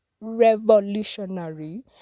revolutionary